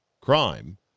crime